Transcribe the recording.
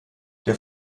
der